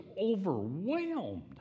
overwhelmed